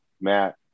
Matt